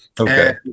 okay